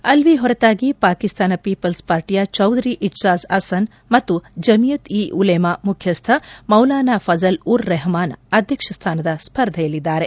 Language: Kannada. ಅಲ್ವಿ ಹೊರತಾಗಿ ಪಾಕಿಸ್ತಾನ ಪೀಪಲ್ಸ್ ಪಾರ್ಟಿಯ ಚೌಧರಿ ಐಟ್ಟಾಜ್ ಅಸನ್ ಮತ್ತು ಜಮಿಯತ್ ಇ ಉಲೆಮಾ ಮುಖ್ಚಸ್ಥ ಮೌಲಾನಾ ಫಜಲ್ ಉರ್ ರೆಹ್ಮಾನ್ ಅಧ್ಯಕ್ಷ ಸ್ಥಾನದ ಸ್ಪರ್ಧೆಯಲ್ಲಿದ್ದಾರೆ